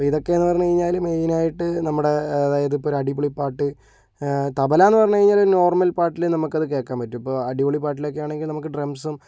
ഇപ്പോൾ ഇതൊക്കെയെന്ന് പറഞ്ഞു കഴിഞ്ഞാല് മെയിൻ ആയിട്ട് നമ്മുടെ അതായത് ഇപ്പോൾ ഒരു അടിപൊളി പാട്ട് തബലയെന്ന് പറഞ്ഞ് കഴിഞ്ഞാല് ഒരു നോർമൽ പാട്ടില് നമ്മൾക്കത് കേൾക്കാൻ പറ്റു ഇപ്പോൾ അടിപൊളി പാട്ടിലൊക്കെ ആണെങ്കിൽ നമുക്ക് ഡ്രംസ്സും